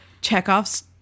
Chekhov's